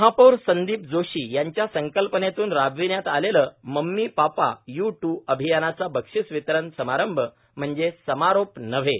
महापौर संदीप जोशी यांच्या संकल्पनेतून राबविण्यात आलेले मम्मी पापा यू टू अभियानाचा बक्षीस वितरण समारंभ म्हणजे समारोप नव्हे